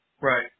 right